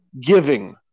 giving